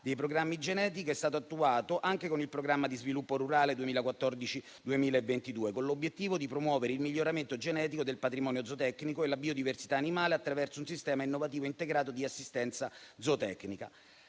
dei programmi genetici è stato attuato anche con il programma di sviluppo rurale 2014-2022, con l'obiettivo di promuovere il miglioramento genetico del patrimonio zootecnico e la biodiversità animale attraverso un sistema innovativo integrato di assistenza zootecnica.